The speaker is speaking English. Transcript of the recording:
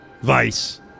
Vice